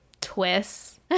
twists